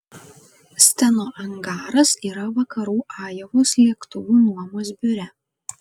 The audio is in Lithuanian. steno angaras yra vakarų ajovos lėktuvų nuomos biure